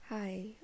Hi